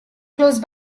close